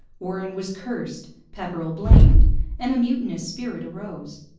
warren was cursed, pepperrell blamed and a mutinous spirit arose.